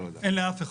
אין לאף אחד.